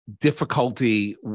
difficulty